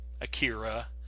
Akira